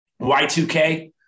Y2K